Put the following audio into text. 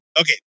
Okay